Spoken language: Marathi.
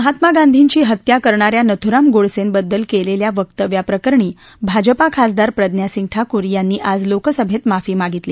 महात्मा गांधींची हत्या करणाऱ्या नथुराम गोडसेबद्दल केलेल्या वक्तव्याप्रकरणी भाजपा खासदार प्रज्ञा सिंग ठाकूर यांनी आज लोकसभेत माफी मागितली